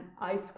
ice